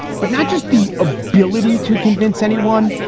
but not just the ability to convince anyone.